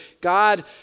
God